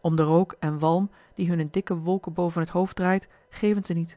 om den rook en walm die hun in dikke wolken boven het hoofd draait geven ze niet